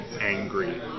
angry